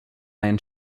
iron